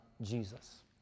Jesus